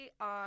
on